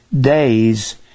days